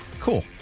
Cool